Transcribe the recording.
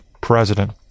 president